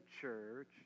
church